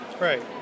Right